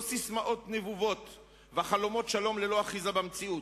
לא ססמאות נבובות וחלומות שלום ללא אחיזה במציאות.